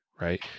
right